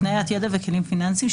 הקניית ידע וכלים פיננסיים,